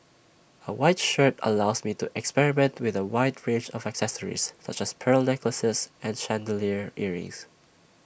A white shirt allows me to experiment with A wide range of accessories such as pearl necklaces and chandelier earrings